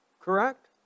correct